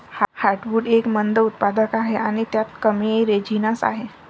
heartwood एक मंद उत्पादक आहे आणि त्यात कमी रेझिनस आहे